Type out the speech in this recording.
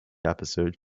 episode